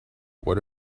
what